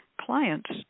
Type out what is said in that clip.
clients